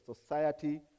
society